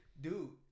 dude